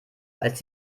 als